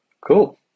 Cool